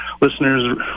listeners